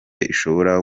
ishobora